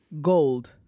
Gold